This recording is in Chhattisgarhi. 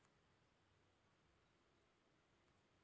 माटी को अधिक उपजाऊ कइसे बना सकत हे?